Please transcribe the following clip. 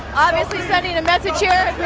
obviously sending a message here.